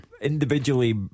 individually